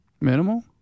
Minimal